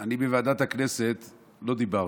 אני בוועדת הכנסת לא דיברתי.